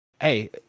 hey